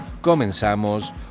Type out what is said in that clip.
comenzamos